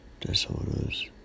disorders